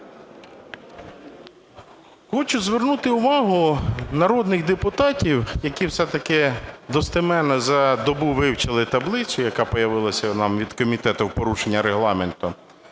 Хочу звернути увагу народних депутатів, які все-таки достоменно за добу вивчили таблицю, яка появилася у нас від комітету в порушення Регламенту,